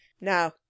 Now